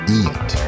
eat